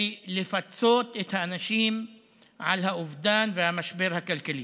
לפצות את האנשים על האובדן והמשבר הכלכלי.